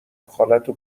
خالتو